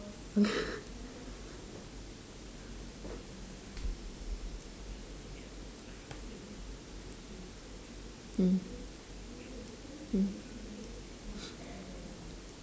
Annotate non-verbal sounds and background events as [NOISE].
[LAUGHS] mm mm